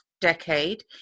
decade